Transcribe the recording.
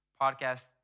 podcast